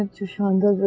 and to shanzeh?